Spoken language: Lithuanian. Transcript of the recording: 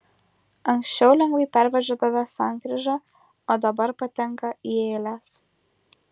anksčiau lengvai pervažiuodavę sankryžą o dabar patenka į eiles